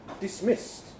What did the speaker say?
dismissed